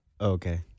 Okay